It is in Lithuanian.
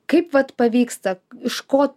kaip vat pavyksta iš ko